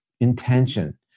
intention